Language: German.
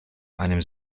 einem